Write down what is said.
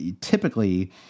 typically